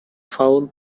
foul